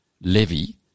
levy